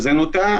סטודנטים.